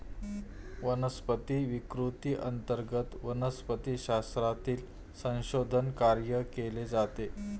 वनस्पती विकृती अंतर्गत वनस्पतिशास्त्रातील संशोधन कार्य केले जाते